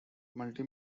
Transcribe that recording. multi